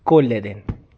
कोलै दे न